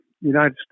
United